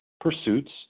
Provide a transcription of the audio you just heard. pursuits